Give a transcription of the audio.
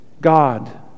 God